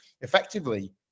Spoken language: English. effectively